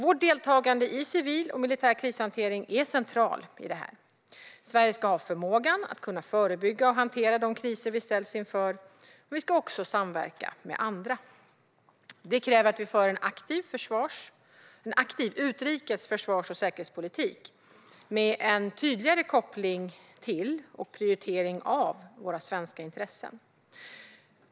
Vårt deltagande i civil och militär krishantering är centralt i detta. Sverige ska ha förmågan att förebygga och hantera de kriser vi ställs inför, men vi ska även samverka med andra. Det kräver att vi för en aktiv utrikes, försvars och säkerhetspolitik med en tydligare koppling till och prioritering av svenska intressen.